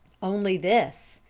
only this,